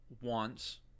wants